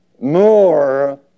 more